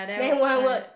then one word